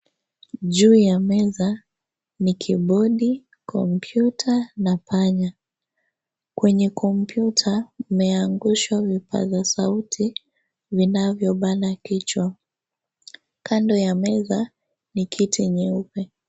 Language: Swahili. Juu ya meza ni kibodi, kompyuta na panya, kwenye kompyuta imeangushwa vipaza sauti vinavyobana kichwa, kando ya meza ni kiti nyeupe.